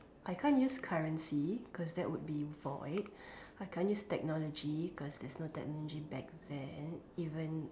I can't use currency because that would be void I can't use technology cause there's no technology back then even